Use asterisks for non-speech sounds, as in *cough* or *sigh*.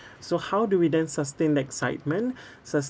so how do we then sustain that excitement *breath* sustain